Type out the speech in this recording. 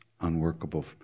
unworkable